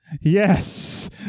Yes